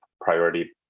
priority